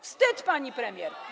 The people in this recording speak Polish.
Wstyd, pani premier!